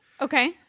Okay